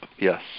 Yes